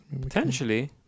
potentially